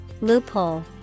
Loophole